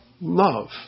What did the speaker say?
love